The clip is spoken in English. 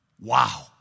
Wow